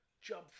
Jump